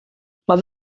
mae